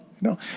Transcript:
No